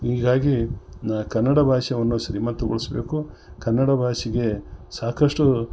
ಹೀಗಾಗಿ ನ ಕನ್ನಡ ಭಾಷೆವನ್ನು ಶ್ರೀಮಂತಗೊಳ್ಸ್ಬೇಕು ಕನ್ನಡ ಭಾಷೆಗೆ ಸಾಕಷ್ಟು